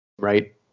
right